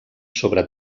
sobre